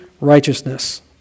righteousness